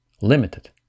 limited